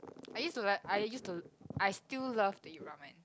I used to like I used to I still love to eat ramen